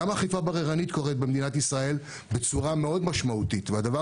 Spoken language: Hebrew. גם אכיפה בררנית קורית במדינת ישראל בצורה מאוד משמעותית והדבר